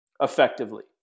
effectively